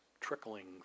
trickling